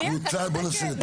בוא נעשה את